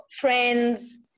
friends